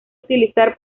utilizar